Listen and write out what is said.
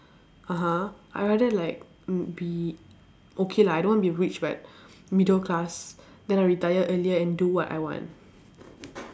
(uh huh) I rather like mm be okay lah I don't want to be rich but middle class then I retire earlier and do what I want